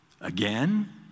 again